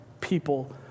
people